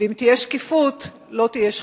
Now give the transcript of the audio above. ואם תהיה שקיפות לא תהיה שחיתות.